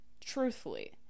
truthfully